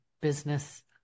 business